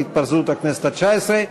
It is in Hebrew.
להתפזרות הכנסת התשע-עשרה.